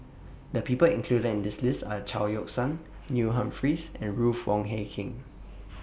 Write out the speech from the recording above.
The People included in This list Are Chao Yoke San Neil Humphreys and Ruth Wong Hie King